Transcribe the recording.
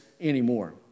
anymore